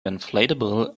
inflatable